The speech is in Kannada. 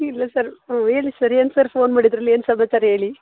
ಇಲ್ಲ ಸರ್ ಹ್ಞೂ ಹೇಳಿ ಸರ್ ಏನು ಸರ್ ಫೋನ್ ಮಾಡಿದ್ದಿರಲ್ಲ ಏನು ಸಮಾಚಾರ ಹೇಳಿ